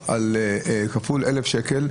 כפול 1,000 שקל,